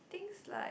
things like